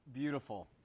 Beautiful